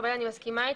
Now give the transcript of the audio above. אני מסכימה אתך,